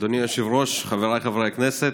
אדוני היושב-ראש, חבריי חברי הכנסת,